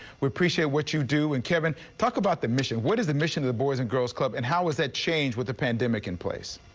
we appreciate what you do when and kevin talk about the mission. what is the mission of the boys and girls club and how has that changed with the pandemic in place.